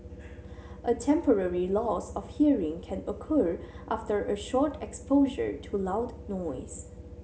a temporary loss of hearing can occur after a short exposure to loud noise